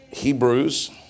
Hebrews